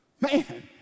Man